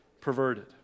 perverted